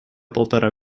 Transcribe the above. полтора